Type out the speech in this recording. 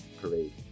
parade